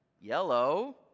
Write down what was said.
yellow